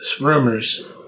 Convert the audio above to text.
rumors